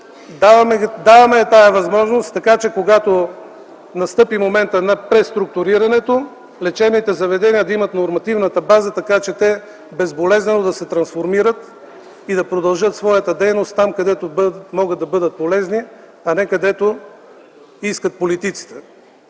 Даваме тази възможност, така че когато настъпи момента на преструктурирането, лечебните заведения да имат нормативната база, така че те безболезнено да се трансформират и да продължат своята дейност там, където могат да бъдат полезни, а не където искат политиците.